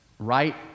Right